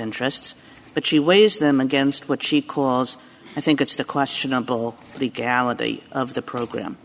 interests but she weighs them against what she calls i think it's the questionable legality of the program